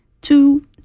two